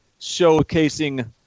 showcasing